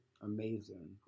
Amazing